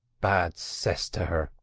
bad cess to her!